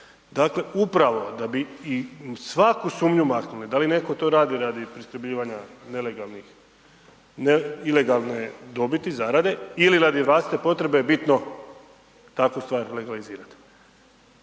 Dakle, upravo da bi svaku sumnju maknuli, da li netko to radi radi priskrbljivanja nelegalnih, ilegalne dobiti, zarade, ili radi vlastite potrebe, bitno takvu stvar legalizirati,